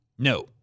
No